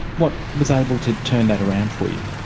what was able to turn that around for you?